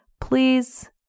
please